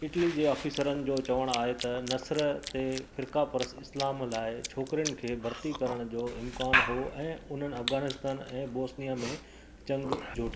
Italy जे ऑफ़ीसरनि जो चवण आहे त नस्र ते फ़िर्कापरस्तु इस्लाम लाइ छोकिरनि खे भर्ती करण जो इम्कान हो ऐं उन्हनि अफ़गानिस्तान ऐं बोस्निआ में जंग जो